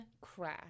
crash